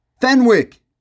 Fenwick